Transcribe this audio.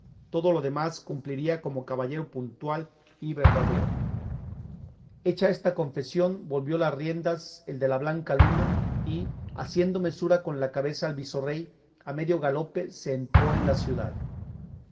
todo lo demás cumpliría como caballero puntual y verdadero hecha esta confesión volvió las riendas el de la blanca luna y haciendo mesura con la cabeza al visorrey a medio galope se entró en la ciudad